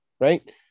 Right